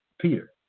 peter